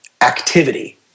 activity